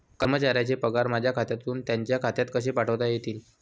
कर्मचाऱ्यांचे पगार माझ्या खात्यातून त्यांच्या खात्यात कसे पाठवता येतील?